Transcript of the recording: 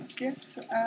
Yes